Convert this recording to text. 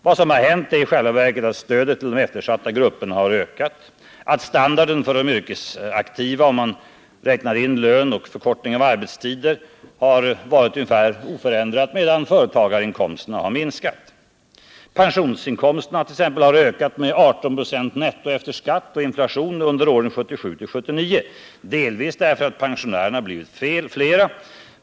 Vad som har hänt är i själva verket att stödet till de eftersatta grupperna har ökat, att standarden för de yrkesaktiva — om man räknar in lön och förkortning av arbetstider — har varit ungefär oförändrad, medan företagarinkomsterna har minskat. Pensionsinkomsterna t.ex. har ökat med 18 96 netto efter skatt och inflation under åren 1977-1979, delvis därför att pensionärerna blivit fler.